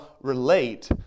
relate